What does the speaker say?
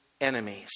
enemies